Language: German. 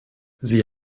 sie